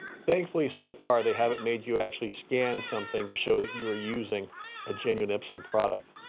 thankfully, so far they haven't made you actually scan something to show that you are using a genuine epson product.